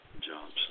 jobs